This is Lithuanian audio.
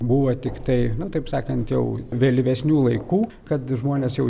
buvo tiktai nu taip sakant jau vėlyvesnių laikų kad žmonės jau